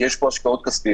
כי יש פה השקעות כספיות,